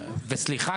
וסליחה,